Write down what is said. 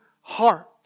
heart